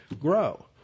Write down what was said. grow